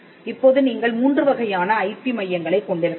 இப்போது நீங்கள் மூன்று வகையான ஐபி மையங்களைக் கொண்டிருக்கலாம்